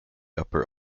upper